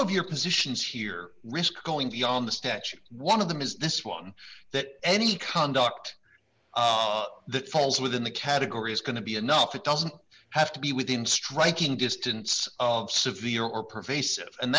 of your positions here risk going beyond the statute one of them is this one that any conduct that falls within the category is going to be enough it doesn't have to be within striking distance of severe or pervasive and